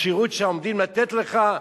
השירות שעומדים לתת לך,